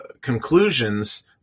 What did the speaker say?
conclusions